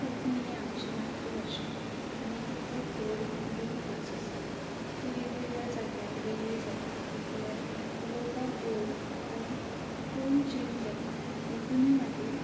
कोंकणी ही आमची मातृभाशा आनी ती खूब गोड गोड भास आसा ती वेगवेगळ्या जाग्यार वेगळी जाता म्हटल्यार उलोवपाक गोड पूण टोन चेंज जाता तेतुनूय मागीर